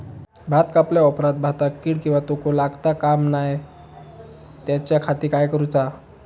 भात कापल्या ऑप्रात भाताक कीड किंवा तोको लगता काम नाय त्याच्या खाती काय करुचा?